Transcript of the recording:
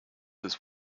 his